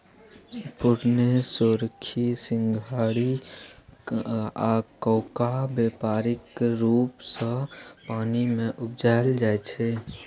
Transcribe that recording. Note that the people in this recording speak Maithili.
पुरैण, सोरखी, सिंघारि आ कोका बेपारिक रुप सँ पानि मे उपजाएल जाइ छै